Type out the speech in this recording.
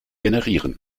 generieren